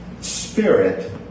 spirit